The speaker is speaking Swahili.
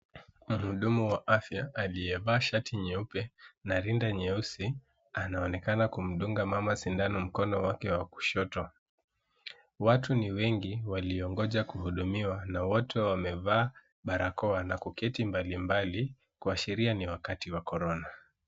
Mhudumu wa afya aliyevaa shati nyeupe na rinda nyeusi anaonekana kumdunga mama sindano mkono wake wa kushoto. Watu ni wengi waliongoja kuhudumiwa na wote wamevaa barakoa na kuketi mbalimbali kuashiria ni wakati wa korona.